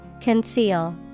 Conceal